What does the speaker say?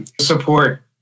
support